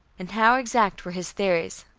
and how exact were his theories,